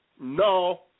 No